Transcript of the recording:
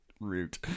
root